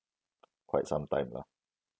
quite sometime lah